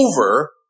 over